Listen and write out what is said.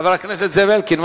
חבר הכנסת זאב אלקין?